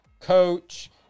coach